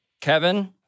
Kevin